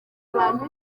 abantu